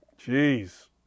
Jeez